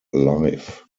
life